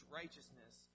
righteousness